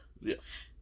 Yes